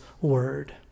word